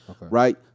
Right